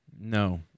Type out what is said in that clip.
No